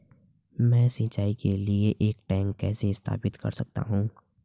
मैं सिंचाई के लिए एक टैंक कैसे स्थापित कर सकता हूँ?